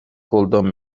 گلدان